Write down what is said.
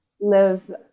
live